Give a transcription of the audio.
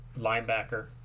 linebacker